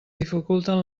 dificulten